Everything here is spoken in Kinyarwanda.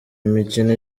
imikino